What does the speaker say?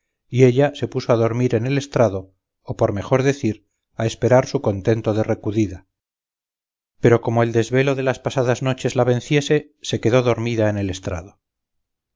y ella se puso a dormir en el estrado o por mejor decir a esperar su contento de recudida pero como el desvelo de las pasadas noches la venciese se quedó dormida en el estrado